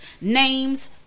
names